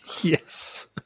Yes